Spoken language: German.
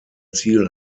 ziel